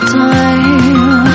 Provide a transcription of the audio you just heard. time